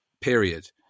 period